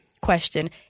question